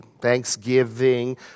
Thanksgiving